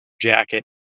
jacket